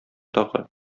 тагы